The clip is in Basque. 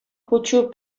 kutsu